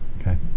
okay